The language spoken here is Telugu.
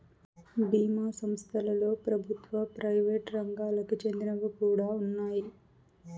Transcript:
బీమా సంస్థలలో ప్రభుత్వ, ప్రైవేట్ రంగాలకి చెందినవి కూడా ఉన్నాయి